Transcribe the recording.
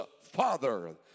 father